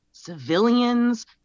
civilians